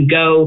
go